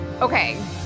Okay